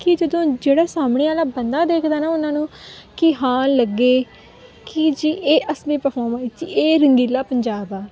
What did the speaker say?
ਕਿ ਜਦੋਂ ਜਿਹੜਾ ਸਾਹਮਣੇ ਵਾਲਾ ਬੰਦਾ ਦੇਖਦਾ ਨਾ ਉਹਨਾਂ ਨੂੰ ਕਿ ਹਾਂ ਲੱਗੇ ਕਿ ਜੀ ਇਹ ਅਸਲੀ ਪਰਫੋਮੰਸ ਜੀ ਇਹ ਰੰਗੀਲਾ ਪੰਜਾਬ ਆ